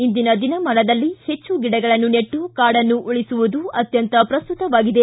ಇಂದಿನ ದಿನಮಾನದಲ್ಲಿ ಹೆಚ್ಚು ಗಿಡಗಳನ್ನು ನೆಟ್ಟು ಕಾಡನ್ನು ಉಳಿಸುವುದು ಅತ್ಯಂತ ಪ್ರಸ್ತುತವಾಗಿದೆ